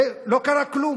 ולא קרה כלום,